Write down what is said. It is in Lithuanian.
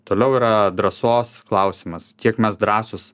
toliau yra drąsos klausimas kiek mes drąsūs